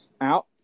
out